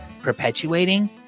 perpetuating